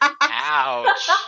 Ouch